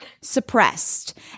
Suppressed